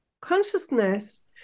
consciousness